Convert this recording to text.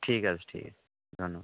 ঠিক আছে ঠিক আছে ধন্যবাদ